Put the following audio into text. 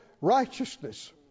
righteousness